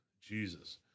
Jesus